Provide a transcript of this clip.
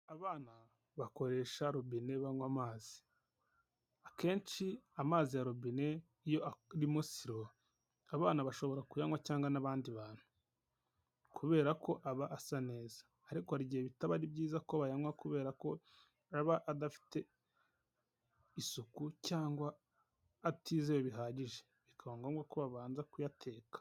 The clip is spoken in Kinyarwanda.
Abana bakoresha robine banywa amazi, akenshi amazi ya robine iyo arimo siro abana bashobora kuyanywa cyangwa n'abandi bantu, kubera ko aba asa neza ariko hari igihe bitaba ari byiza ko bayanywa kubera ko aba adafite isuku cyangwa atizeye bihagije, bikaba ngombwa ko babanza kuyateka.